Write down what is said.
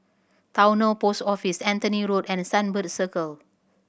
Towner Post Office Anthony Road and Sunbird Circle